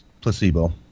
placebo